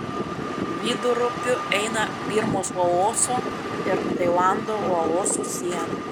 vidurupiu eina birmos laoso ir tailando laoso siena